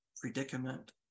predicament